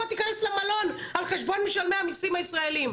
בוא תיכנס למלון על חשבון משלמי המיסים הישראלים.